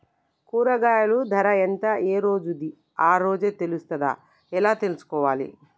కూరగాయలు ధర ఎంత ఏ రోజుది ఆ రోజే తెలుస్తదా ఎలా తెలుసుకోవాలి?